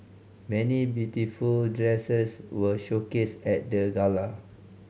many beautiful dresses were showcased at the gala